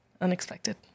unexpected